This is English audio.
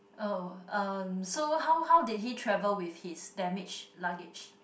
oh uh so how how did he travel with his damaged luggage